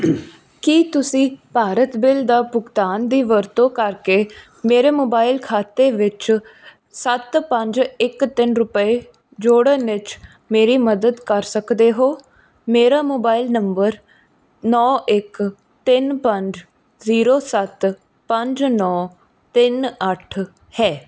ਕੀ ਤੁਸੀਂ ਭਾਰਤ ਬਿੱਲ ਦਾ ਭੁਗਤਾਨ ਦੀ ਵਰਤੋਂ ਕਰਕੇ ਮੇਰੇ ਮੋਬਾਈਲ ਖਾਤੇ ਵਿੱਚ ਸੱਤ ਪੰਜ ਇੱਕ ਤਿੰਨ ਰੁਪਏ ਜੋੜਨ ਵਿੱਚ ਮੇਰੀ ਮਦਦ ਕਰ ਸਕਦੇ ਹੋ ਮੇਰਾ ਮੋਬਾਈਲ ਨੰਬਰ ਨੌਂ ਇੱਕ ਤਿੰਨ ਪੰਜ ਜ਼ੀਰੋ ਸੱਤ ਪੰਜ ਨੌਂ ਤਿੰਨ ਅੱਠ ਹੈ